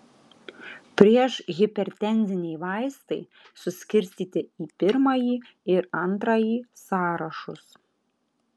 priešhipertenziniai vaistai suskirstyti į pirmąjį ir antrąjį sąrašus